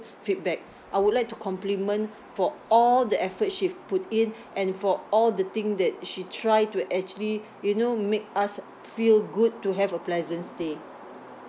feedback I would like to compliment for all the effort she've put in and for all the thing that she try to actually you know make us feel good to have a pleasant stay